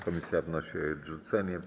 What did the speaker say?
Komisja wnosi o jej odrzucenie.